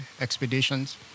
expeditions